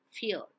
fear